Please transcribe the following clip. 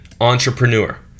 entrepreneur